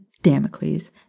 Damocles